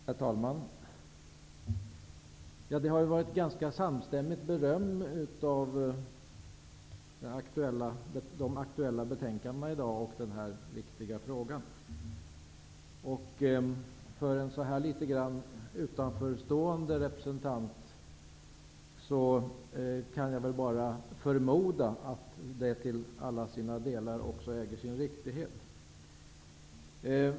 Herr talman! Det har givits ganska samstämmigt beröm av de aktuella betänkandena och denna viktiga fråga. Då jag är en litet grand utanförstående representant kan jag förmoda att detta beröm till alla delar äger sin riktighet.